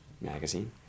magazine